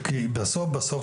כי בסוף בסוף,